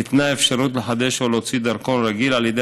ניתנה אפשרות לחדש או להוציא דרכון רגיל על ידי